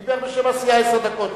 דיבר בשם הסיעה עשר דקות.